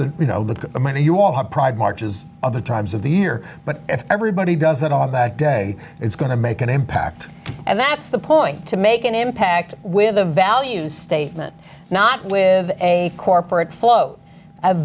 the you know the money you all have pride marches other times of the year but if everybody does that on that day it's going to make an impact and that's the point to make an impact with a values statement not live a corporate flo